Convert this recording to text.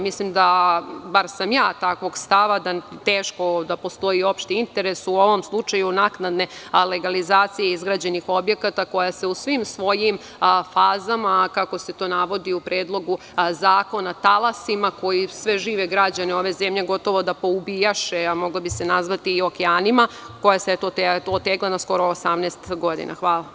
Mislim, bar sam lično takvog stava, da teško da postoji opšti interes u ovom slučaju naknadne legalizacije izgrađenih objekata koja se u svim svojim fazama, kako se to navodi u ovom predlogu zakona, talasima koji sve žive građane ove zemlje gotovo da poubijaše, a moglo bi se nazvati i okeanima, koja se otegla gotovo na 18 godina.